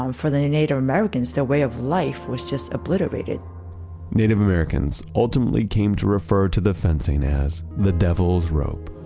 um for the native americans, their way of life was just obliterated native americans ultimately came to refer to the fencing as the devil's rope.